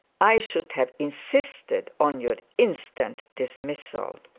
i should have insisted on your instant dismissal